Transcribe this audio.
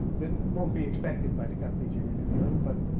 that won't be expected by the companies you're interviewing but,